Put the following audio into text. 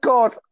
God